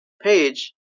page